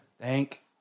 Thank